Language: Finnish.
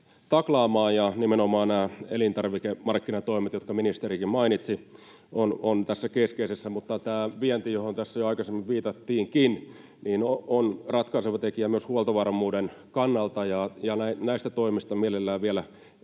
taklaamaan, ja nimenomaan nämä elintarvikemarkkinatoimet, jotka ministerikin mainitsi, ovat tässä keskeisiä. Mutta tämä vienti, johon tässä jo aikaisemmin viitattiinkin, on ratkaiseva tekijä myös huoltovarmuuden kannalta, ja näistä toimista mielellään vielä kuulisin